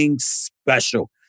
special